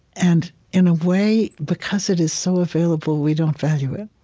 and in a way, because it is so available, we don't value it.